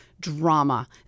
Drama